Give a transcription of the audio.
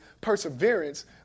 perseverance